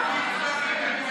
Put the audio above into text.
לפי צרכים.